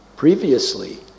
Previously